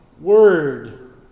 Word